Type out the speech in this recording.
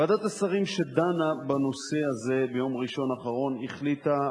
ועדת השרים שדנה בנושא הזה ביום ראשון האחרון החליטה,